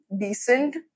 decent